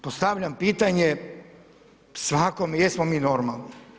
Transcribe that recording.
Postavljam pitanje svakom jesmo mi normalni?